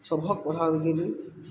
सबहक पढ़ायल गेल अइ